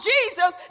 Jesus